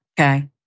okay